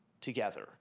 together